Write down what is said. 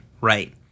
Right